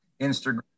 Instagram